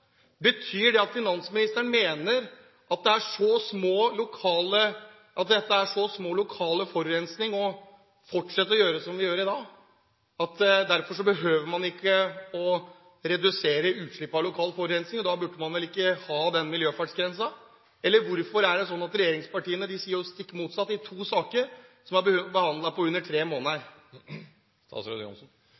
Betyr det at finansministeren mener at det utgjør så liten lokal forurensning å fortsette å gjøre som vi gjør i dag, at man ikke behøver å redusere utslipp og lokal forurensning? Da burde man vel ikke ha denne miljøfartsgrensen? Hvorfor er det slik at regjeringspartiene sier det stikk motsatte i to saker som er behandlet på under tre måneder?